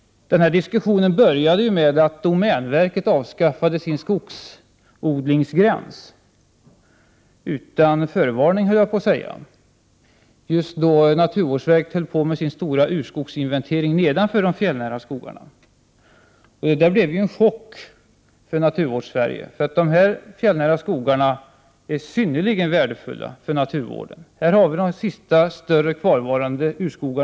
När det gäller den diskussionen började det med att domänverket avskaffade skogsodlingsgränsen — utan förvarning, skulle jag vilja säga. Just då höll naturvårdsverket på med sin stora inventering av urskogen nedanför de fjällnära skogarna. Åtgärden blev en chock för Naturvårdssverige. De fjällnära skogarna är ju synnerligen värdefulla för naturvården. Här finns den sista större svenska kvarvarande urskogen.